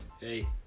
Hey